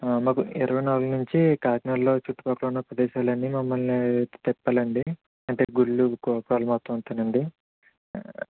మాకు ఇరవై నాలుగు నుంచి కాకినాడలో చుట్టుపక్కల ఉన్న ప్రదేశాలు అన్ని మమ్మల్ని తిప్పాలి అండి అంటే గుళ్ళు గోపురాలు మొత్తం అంతానండి